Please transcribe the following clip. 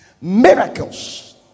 Miracles